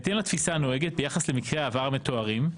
בהתאם לתפיסה הנוהגת ביחס למקרי העבר המתוארים,